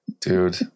Dude